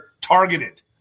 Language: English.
targeted